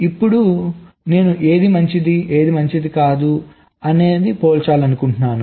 ఇప్పుడు నేను ఏది మంచిది ఏది కాదు అని ప్రాప్యతను పోల్చాలనుకుంటున్నాను